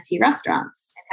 restaurants